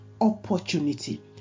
opportunity